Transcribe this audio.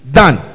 done